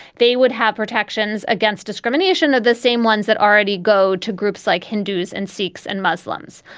they would have protections against discrimination of the same ones that already go to groups like hindus and sikhs and muslims.